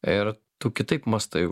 ir tu kitaip mąstai